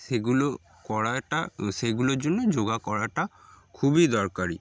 সেগুলো করাটা সেগুলোর জন্যে যোগা করাটা খুবই দরকারি